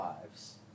lives